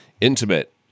intimate